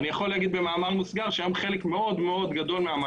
במאמר מוסגר אומר שחלק גדול ממאמצנו